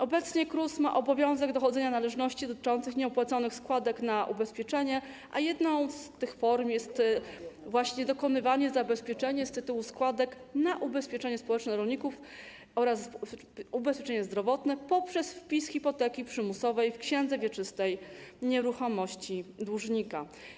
Obecnie KRUS ma obowiązek dochodzenia należności dotyczących nieopłaconych składek na ubezpieczenie, a jedną z tych form jest dokonywanie zabezpieczenia z tytułu składek na ubezpieczenie społeczne rolników oraz ubezpieczenie zdrowotne poprzez wpis hipoteki przymusowej w księdze wieczystej nieruchomości dłużnika.